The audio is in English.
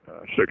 six